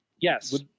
yes